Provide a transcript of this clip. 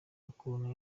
ukuntu